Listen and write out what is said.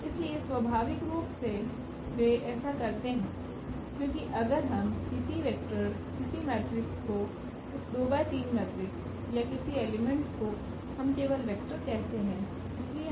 इसलिए स्वाभाविक रूप से वे ऐसा करते हैं क्योंकि अगर हम किसी वेक्टर किसी मैट्रिक्स को इस2 ×3 मैट्रिक्स या किसी एलिमेंट को हम केवल वेक्टर कहते हैं